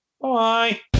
Bye